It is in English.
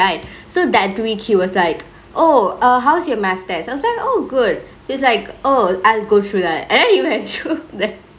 right so that week he was like oh err how's your math test I was like oh good he's like oh I'll go through that and then he went through